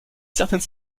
certaine